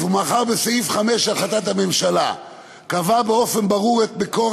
מאחר שסעיף 5 להחלטת הממשלה קבע באופן ברור את מקור